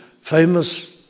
famous